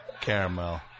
caramel